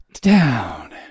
Down